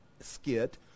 skit